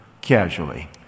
casually